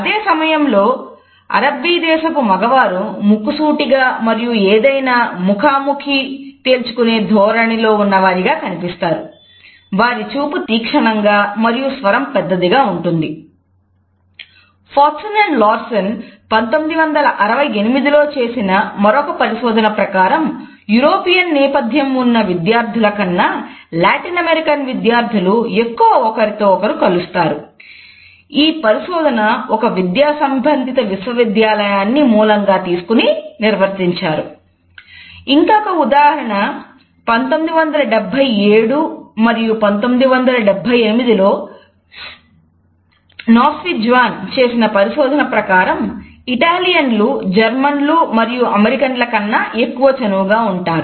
అదే సమయంలో అరబ్బీ దేశపు మగవారు కన్నా ఎక్కువ చనువుగా ఉంటారు